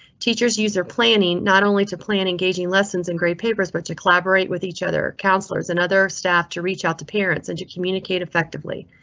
teachers user planning not only to plan engaging lessons in great papers, but to collaborate with each other counselors and other staff to reach out to parents and to communicate effectively.